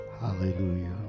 Hallelujah